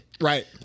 right